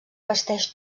vesteix